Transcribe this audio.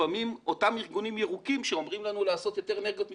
לפעמים אותם ארגונים ירוקים שאומרים לנו לעשות יותר אנרגיות מתחדשות,